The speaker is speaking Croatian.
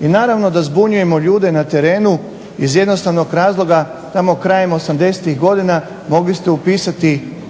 I naravno da zbunjujemo ljude na terenu iz jednostavnog razloga tmo krajem osamdesetih godina mogli ste upisati objekat